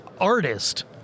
artist